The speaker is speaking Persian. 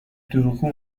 دروغگو